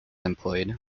employed